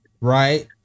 right